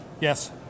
Yes